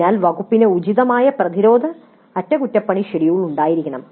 അതിനാൽ വകുപ്പിന് ഉചിതമായ പ്രതിരോധ അറ്റകുറ്റപ്പണി ഷെഡ്യൂൾ ഉണ്ടായിരിക്കണം